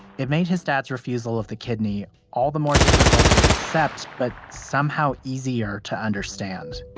it made his dad's refusal of the kidney all the more difficult to accept but somehow easier to understand